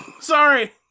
Sorry